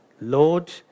Lord